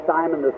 Simon